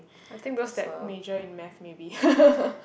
I think because that major in Math maybe